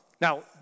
Now